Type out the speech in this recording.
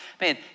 Man